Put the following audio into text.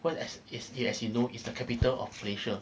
well as is it as you know is the capital of malaysia